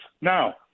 Now